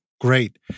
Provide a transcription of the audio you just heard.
Great